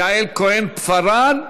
יעל כהן-פארן,